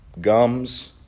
gums